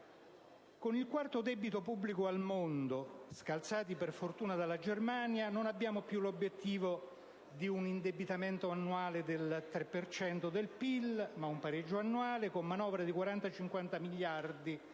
Con il quarto debito pubblico al mondo, scalzati per fortuna dalla Germania, non abbiamo più l'obiettivo di un indebitamento annuale entro il 3 per cento del PIL, ma di un pareggio annuale con manovre di 40-50 miliardi di euro,